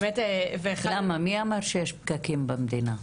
למה, מי אמר שיש פקקים במדינה?